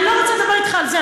אני לא רוצה לדבר אתך על זה,